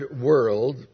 world